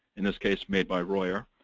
in this case made by royer.